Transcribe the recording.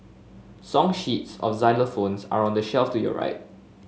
song sheets of xylophones are on the shelf to your right